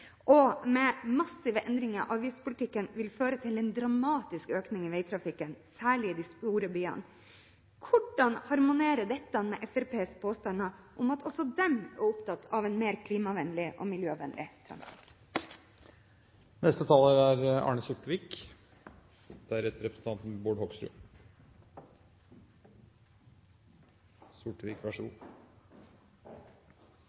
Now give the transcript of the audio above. massive endringer i avgiftspolitikken, vil føre til en dramatisk økning i veitrafikken, særlig i de store byene. Hvordan harmonerer dette med Fremskrittspartiets påstander om at også de er opptatt av en mer klimavennlig og miljøvennlig transport? Til foregående taler: